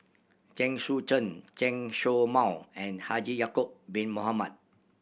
Chen Sucheng Chen Show Mao and Haji Ya'acob Bin Mohamed